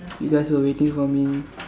you guys were waiting for me